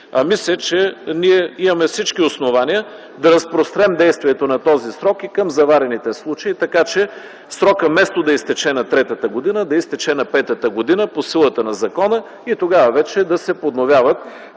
Мисля, че имаме всички основания да разпрострем действието на този срок и към заварените случаи, така че той вместо да изтече на третата година, да изтече на петата година по силата на закона и тогава вече да се подновяват